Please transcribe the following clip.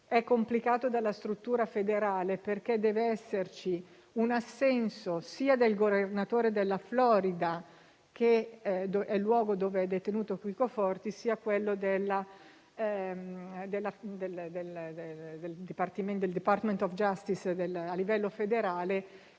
è complicato dalla struttura federale, perché deve esserci un assenso sia del governatore della Florida, che è il luogo dove è detenuto Chicco Forti, sia del Department of justice a livello federale,